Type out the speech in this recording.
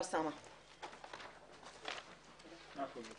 הישיבה ננעלה בשעה 10:00.